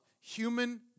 human